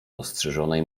ostrzyżonej